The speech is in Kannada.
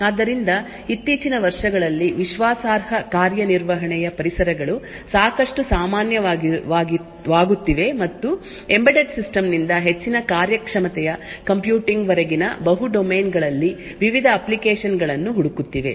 ಆದ್ದರಿಂದ ಇತ್ತೀಚಿನ ವರ್ಷಗಳಲ್ಲಿ ವಿಶ್ವಾಸಾರ್ಹ ಕಾರ್ಯನಿರ್ವಹಣೆಯ ಪರಿಸರಗಳು ಸಾಕಷ್ಟು ಸಾಮಾನ್ಯವಾಗುತ್ತಿವೆ ಮತ್ತು ಎಂಬೆಡೆಡ್ ಸಿಸ್ಟಮ್ ನಿಂದ ಹೆಚ್ಚಿನ ಕಾರ್ಯಕ್ಷಮತೆಯ ಕಂಪ್ಯೂಟಿಂಗ್ ವರೆಗಿನ ಬಹು ಡೊಮೇನ್ ಗಳಲ್ಲಿ ವಿವಿಧ ಅಪ್ಲಿಕೇಶನ್ ಗಳನ್ನು ಹುಡುಕುತ್ತಿವೆ